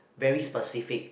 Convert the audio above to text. very specific